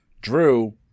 Drew